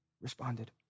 responded